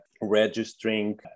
registering